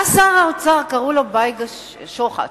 היה שר אוצר, קראו לו בייגה שוחט.